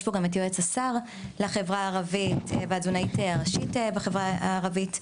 יש פה גם את יועץ השר לחברה הערבית והתזונאית הראשית בחברה הערבית,